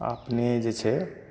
अपने जे छै